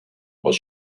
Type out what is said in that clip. while